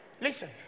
listen